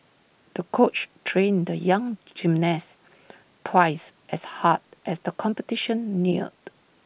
the coach trained the young gymnast twice as hard as the competition neared